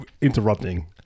interrupting